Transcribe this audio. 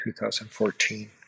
2014